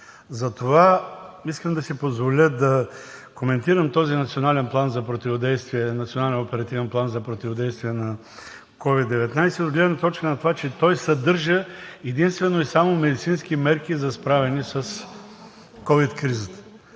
Затова искам да си позволя да коментирам този Национален оперативен план за противодействие на COVID-19, от гледна точка на това, че той съдържа единствено и само медицински мерки за справяне с ковид кризата.